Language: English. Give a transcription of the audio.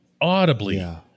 audibly